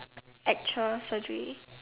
actual surgery